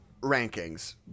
rankings